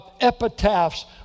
epitaphs